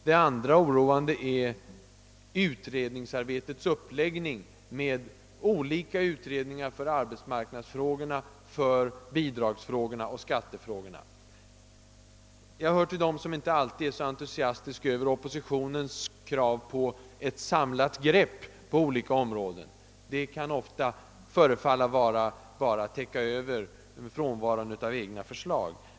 Det andra som oroar är utredningsarbetets uppläggning med olika utredningar för arbetsmarknadsfrågorna, bidragsfrågorna och skattefrågorna. Jag hör till dem som inte alltid är så entusiastiska över oppositionens krav på »ett samlat grepp» på olika områden. Ofta kan det förefalla att bara vara ägnat att dölja frånvaron av egna förslag.